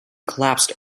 collapsed